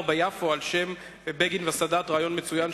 ביפו על שם בגין וסאדאת הוא רעיון מצוין,